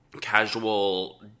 casual